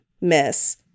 Miss